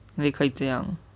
你可以这样